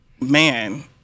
Man